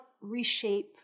reshape